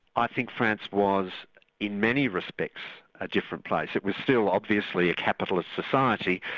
i think france was in many respects, a different place. it was still obviously a capitalist society,